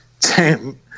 Tim